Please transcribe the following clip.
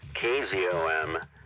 KZOM